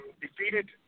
Defeated